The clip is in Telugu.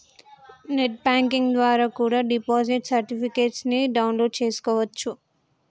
నెట్ బాంకింగ్ ద్వారా కూడా డిపాజిట్ సర్టిఫికెట్స్ ని డౌన్ లోడ్ చేస్కోవచ్చు